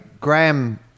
Graham